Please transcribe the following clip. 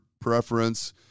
preference